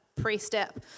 pre-step